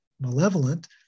malevolent